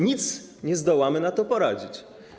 Nic nie zdołamy na to poradzić.